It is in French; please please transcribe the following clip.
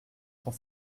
cent